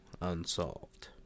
Unsolved